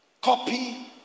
copy